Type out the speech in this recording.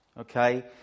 Okay